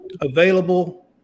available